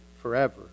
forever